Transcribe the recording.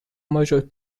major